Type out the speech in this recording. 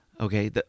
Okay